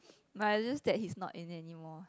but just that he's now in anymore